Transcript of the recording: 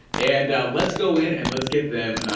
and let's go in and let's get them,